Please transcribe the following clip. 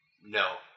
No